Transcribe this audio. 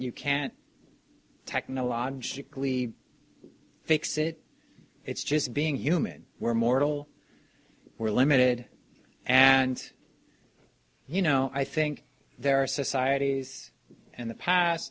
you can't technologically fix it it's just being human we're mortal we're limited and you know i think there are societies in the p